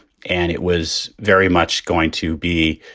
and it was very much going to be,